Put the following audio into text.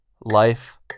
life